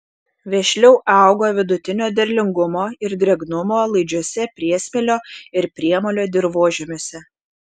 vešliau auga vidutinio derlingumo ir drėgnumo laidžiuose priesmėlio ir priemolio dirvožemiuose